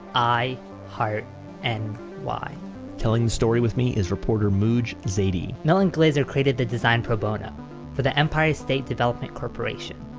i heart and ny telling the story with me is reporter, mooj zadie milton glaser created the design pro bono for the empire state development corporation,